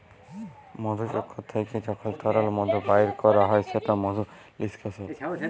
মধুচক্কর থ্যাইকে যখল তরল মধু বাইর ক্যরা হ্যয় সেট মধু লিস্কাশল